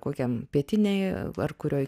kokiam pietinėj ar kurioj